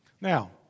Now